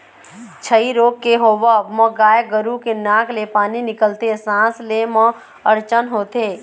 छई रोग के होवब म गाय गरु के नाक ले पानी निकलथे, सांस ले म अड़चन होथे